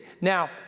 Now